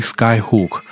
Skyhook